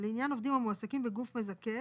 "לעניין עובדים המועסקים בגוף מזכה,